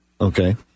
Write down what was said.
Okay